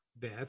death